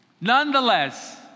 Nonetheless